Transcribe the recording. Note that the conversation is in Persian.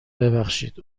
ببخشید